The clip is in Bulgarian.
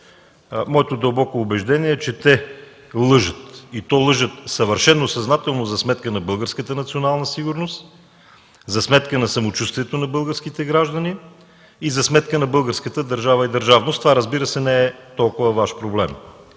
Моето дълбоко убеждение е, че те лъжат и то лъжат съвършено съзнателно за сметка на българската национална сигурност, за сметка на самочувствието на българските граждани и за сметка на българската държава и държавност, това, разбира се, не е толкова Ваш проблем.